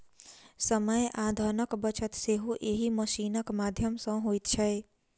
समय आ धनक बचत सेहो एहि मशीनक माध्यम सॅ होइत छै